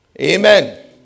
Amen